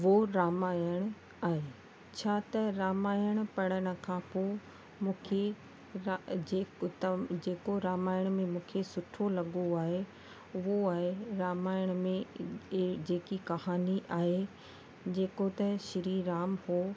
वो रामायण आहे छा त रामायण पढ़ण खां पोइ मूंखे र जे कुतम जेको रामायण में मूंखे सुठो लॻो आहे उहो आहे रामायण में ए जेकी कहानी आहे जेको त श्री राम हो